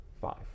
Five